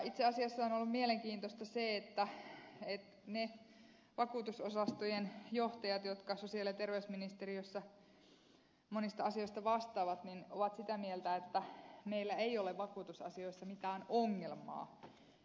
itse asiassa on ollut mielenkiintoista se että ne vakuutusosastojen johtajat jotka sosiaali ja terveysministeriössä monista asioista vastaavat ovat sitä mieltä että meillä ei ole vakuutusasioissa mitään ongelmaa